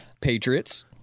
Patriots